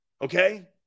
okay